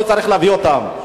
לא צריך להביא אותם.